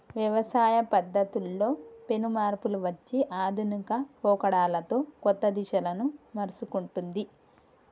వ్యవసాయ పద్ధతుల్లో పెను మార్పులు వచ్చి ఆధునిక పోకడలతో కొత్త దిశలను మర్సుకుంటొన్ది